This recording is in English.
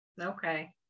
Okay